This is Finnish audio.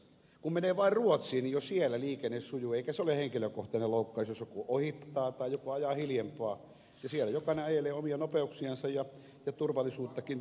kun menee vain ruotsiin niin jo siellä liikenne sujuu eikä se ole henkilökohtainen loukkaus jos joku ohittaa tai joku ajaa hiljempaa siellä jokainen ajelee omia nopeuksiansa ja turvallisuuttakin taataan